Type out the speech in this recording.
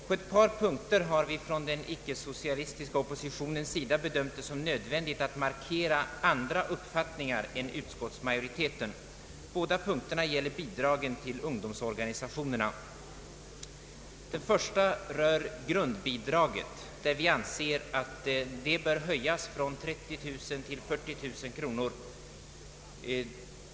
På ett par punkter har vi från den icke socialistiska oppositionens sida bedömt det som nödvändigt att markera andra uppfattningar än utskottsmajoriteten. Båda dessa punkter gäller bidragen till ungdomsorganisationerna. Vi anser att grundbidraget bör höjas från 30 000 till 40 000 kronor.